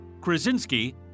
Krasinski